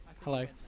hello